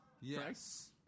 Yes